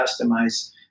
customize